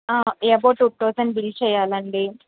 above two thousand bill చేయాలండీ